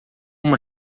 uma